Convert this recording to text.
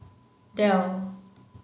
Dell